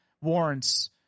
warrants